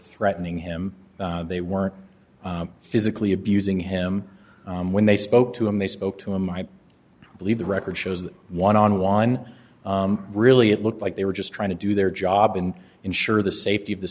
threatening him they weren't physically abusing him when they spoke to him they spoke to him i believe the record shows that one on one really it looked like they were just trying to do their job and ensure the safety of the